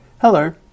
Hello